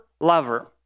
lover